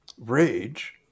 rage